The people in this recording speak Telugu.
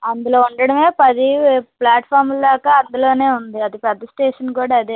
అందులో ఉండడం పది ప్లాట్ఫామ్లాగా అందులో ఉంది అతి పెద్ద స్టేషన్ కూడా అదే